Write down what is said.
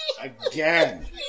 again